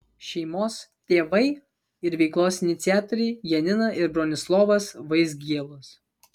šeimos tėvai ir veiklos iniciatoriai janina ir bronislovas vaizgielos